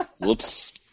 Whoops